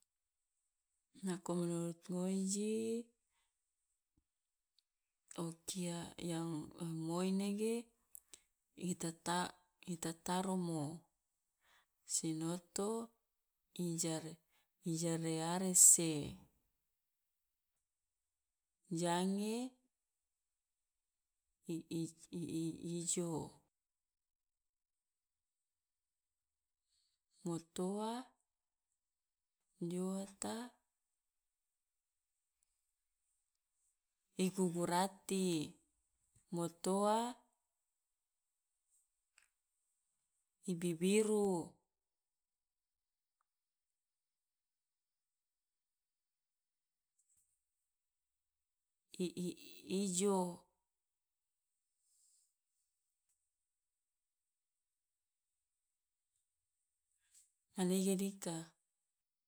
Nako menurut ngoji, o kia yang e moi nege i tata i tataromo, sinoto i jare i jarearese, jange i i- i- i- ijo, motoa joata i gugurati, motoa i bibiru, i i- ijo, manege dika.